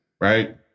right